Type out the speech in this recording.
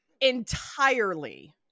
entirely